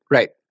Right